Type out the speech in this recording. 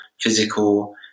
physical